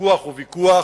הוויכוח הוא ויכוח.